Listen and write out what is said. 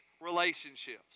relationships